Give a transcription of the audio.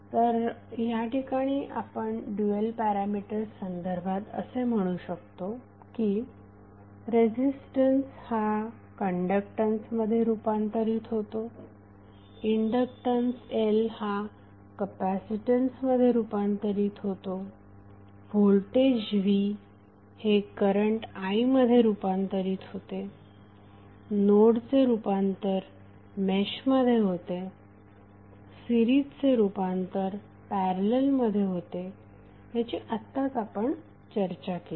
तर आपण या ठिकाणी ड्यूएल पॅरामीटर्स संदर्भात असे म्हणू शकतो की रेझीस्टन्स हा कण्डक्टन्स मध्ये रूपांतरित होतो इंडक्टन्स L हा कपॅसिटन्स मध्ये रूपांतरित होतो व्होल्टेज V हे करंट I मध्ये रुपांतरीत होते नोडचे रूपांतर मेशमध्ये होते सीरिजचे रुपांतर पॅरलल मध्ये होते याची आत्ताच आपण चर्चा केली